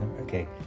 okay